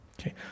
Okay